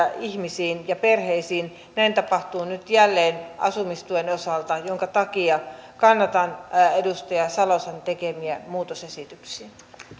ihmisiin ja perheisiin näin tapahtuu nyt jälleen asumistuen osalta minkä takia kannatan edustaja salosen tekemiä muutosesityksiä